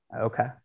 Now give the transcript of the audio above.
Okay